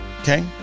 Okay